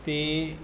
ਅਤੇ